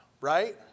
right